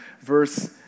verse